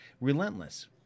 Relentless